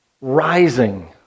rising